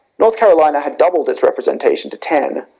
north carolina had doubled its representation to ten,